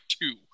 two